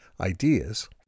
ideas